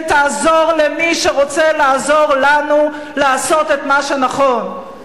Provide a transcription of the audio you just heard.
ותעזור למי שרוצה לעזור לנו לעשות את מה שנכון.